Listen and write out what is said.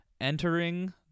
entering